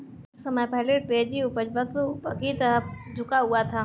कुछ समय पहले ट्रेजरी उपज वक्र ऊपर की तरफ झुका हुआ था